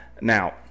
now